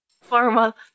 Formal